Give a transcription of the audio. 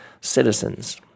citizens